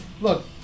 look